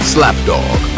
Slapdog